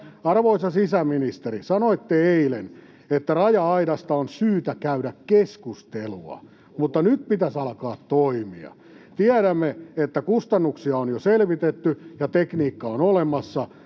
Arvoisa sisäministeri, sanoitte eilen, että raja-aidasta on syytä käydä keskustelua, mutta nyt pitäisi alkaa toimia. Tiedämme, että kustannuksia on jo selvitetty ja tekniikka on olemassa,